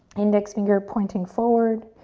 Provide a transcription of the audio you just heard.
index finger pointing forward.